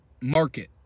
market